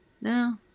No